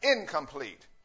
incomplete